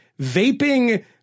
Vaping